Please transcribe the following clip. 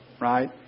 Right